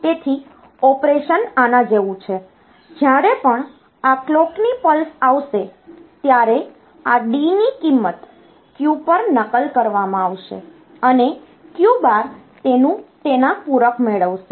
તેથી ઑપરેશન આના જેવું છે જ્યારે પણ આ કલોકની પલ્સ આવશે ત્યારે આ D ની કિંમત Q પર નકલ કરવામાં આવશે અને Q બાર તેના પૂરક મેળવશે